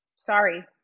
Sorry